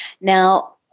Now